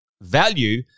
value